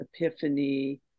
Epiphany